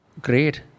Great